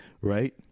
Right